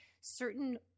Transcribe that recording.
certain